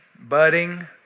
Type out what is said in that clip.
budding